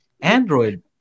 Android